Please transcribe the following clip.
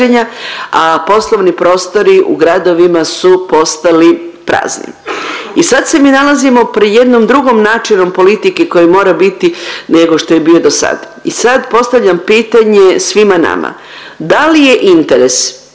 a poslovni prostori u gradovima su postali prazni. I sad se mi nalazimo pri jednom drugom načinu politike koji mora biti nego što je bio dosad. I sad postavljam pitanje svima nama. Da li je interes